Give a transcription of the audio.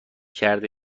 کرده